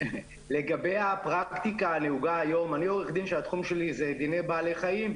אני מלשכת עורכי הדין, ועדת בעלי חיים.